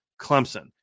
Clemson